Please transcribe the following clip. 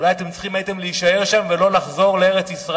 אולי אתם הייתם צריכים להישאר שם ולא לחזור לארץ-ישראל,